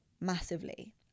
massively